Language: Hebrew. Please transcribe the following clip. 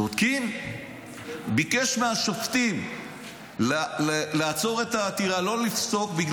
צודקים, ביקש מהשופטים לעצור את העתירה, לא לפסוק.